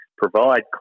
provide